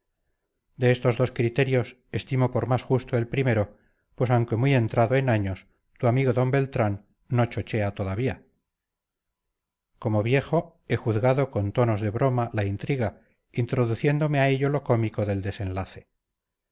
de estos dos criterios estimo por más justo el primero pues aunque muy entrado en años tu amigo d beltrán no chochea todavía como viejo he juzgado con tonos de broma la intriga induciéndome a ello lo cómico del desenlace